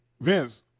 Vince